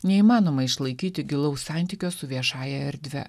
neįmanoma išlaikyti gilaus santykio su viešąja erdve